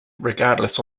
regardless